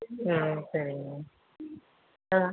ம் சரிங்க மேம் ஆ